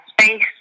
space